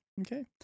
Okay